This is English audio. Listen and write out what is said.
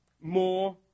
more